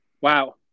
wow